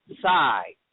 side